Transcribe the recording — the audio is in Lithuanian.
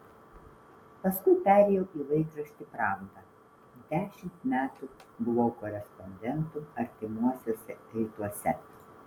paskui perėjau į laikraštį pravda dešimt metų buvau korespondentu artimuosiuose rytuose